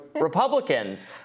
Republicans